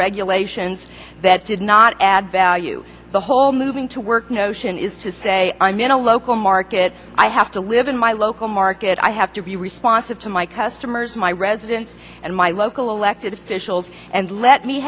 regulations that did not add value the whole moving to work notion is to say i'm in a local market i have to live in my local market i have to be responsive to my customers my residents and my local elected officials and let me